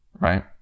right